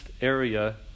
area